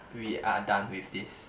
we are done with this